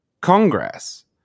Congress